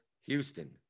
Houston